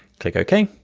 click ok.